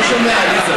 לא שומע, עליזה.